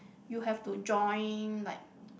you have to join like